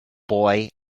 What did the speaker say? boy